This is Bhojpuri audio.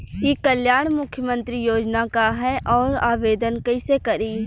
ई कल्याण मुख्यमंत्री योजना का है और आवेदन कईसे करी?